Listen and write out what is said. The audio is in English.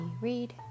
read